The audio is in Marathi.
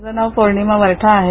माझ नाव पौर्णिमा वरठा आहे